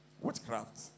Witchcraft